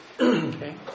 Okay